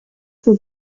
for